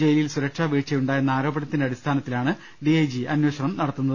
ജയിലിൽ സുരക്ഷാ വീഴ്ചയുണ്ടായെന്ന ആരോപണത്തിന്റെ അടിസ്ഥാനത്തിലാണ് ഡിഐജി അന്വേഷണം നടത്തുന്നത്